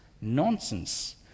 nonsense